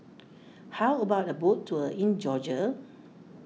how about a boat tour in Georgia